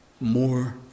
more